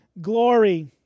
glory